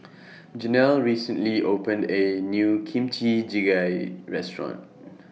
Janel recently opened A New Kimchi Jjigae Restaurant